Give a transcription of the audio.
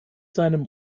seinem